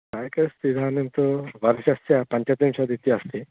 पेकस्ति इदानीं तु वर्षस्य पञ्चत्रिंशत् इति अस्ति